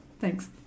thanks